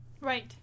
Right